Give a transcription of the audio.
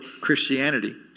Christianity